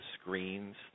screens